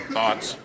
thoughts